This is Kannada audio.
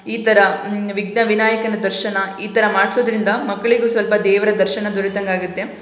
ಈ ಥರ ವಿಘ್ನ ವಿನಾಯಕನ ದರ್ಶನ ಈ ಥರ ಮಾಡಿಸೋದ್ರಿಂದ ಮಕ್ಕಳಿಗೂ ಸ್ವಲ್ಪ ದೇವರ ದರ್ಶನ ದೊರೆತಂಗಾಗುತ್ತೆ